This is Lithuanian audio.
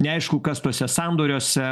neaišku kas tuose sandoriuose